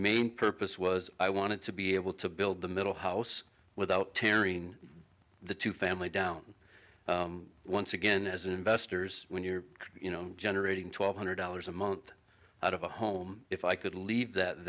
main purpose was i wanted to be able to build the middle house without tearing the two family down once again as investors when you're you know generating twelve hundred dollars a month out of a home if i could leave that